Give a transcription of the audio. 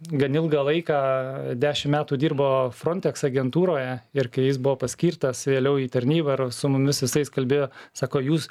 gan ilgą laiką dešim metų dirbo frontex agentūroje ir kai jis buvo paskirtas vėliau į tarnybą ir su mumis visais kalbėjo sako jūs